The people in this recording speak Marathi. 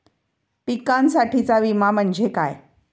पिकांसाठीचा विमा म्हणजे काय?